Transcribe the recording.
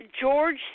George